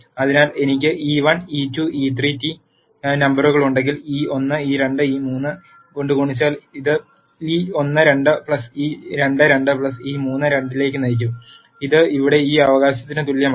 അതിനാൽ എനിക്ക് e1 e2 e3T നമ്പറുകളുണ്ടെങ്കിൽ e1 e2 e3 കൊണ്ട് ഗുണിച്ചാൽ ഇത് e12 e22 e32 ലേക്ക് നയിക്കും ഇത് ഇവിടെ ഈ അവകാശത്തിന് തുല്യമാണ്